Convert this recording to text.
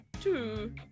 two